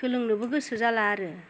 सोलोंनोबो गोसो जाला आरो